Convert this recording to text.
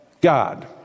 God